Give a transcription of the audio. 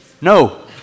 No